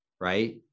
right